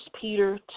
Peter